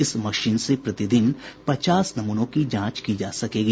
इस मशीन से प्रतिदिन पचास नमूनों की जांच की जा सकेगी